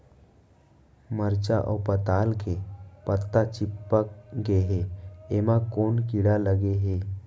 मरचा अऊ पताल के पत्ता चिपक गे हे, एमा कोन कीड़ा लगे है?